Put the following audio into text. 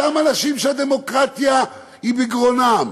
אותם אנשים שהדמוקרטיה היא בגרונם,